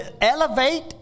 elevate